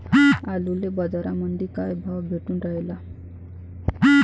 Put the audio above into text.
आलूले बाजारामंदी काय भाव भेटून रायला?